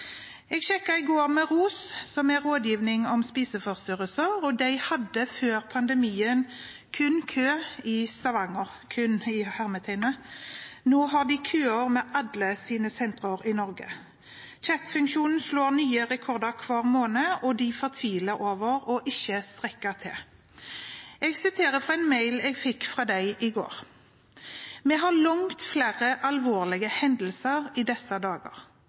Jeg sjekket i går med ROS – Rådgivning om spiseforstyrrelser. De hadde før pandemien «kun» kø i Stavanger. Nå har de køer ved alle sine sentre i Norge. Chattefunksjonen slår nye rekorder hver måned, og de fortviler over ikke å strekke til. Jeg siterer fra en mail jeg fikk fra dem i går: Vi har langt flere alvorlige henvendelser i disse dager.